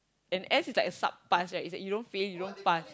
and S is like a sub pass right is like you don't fail you don't pass